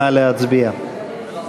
נא להצביע.